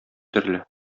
төрле